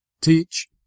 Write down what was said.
teach